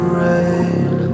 rain